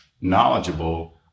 knowledgeable